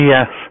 Yes